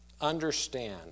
understand